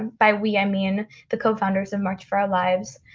by we, i mean the cofounders of march for our lives,